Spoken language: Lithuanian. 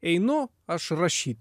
einu aš rašyt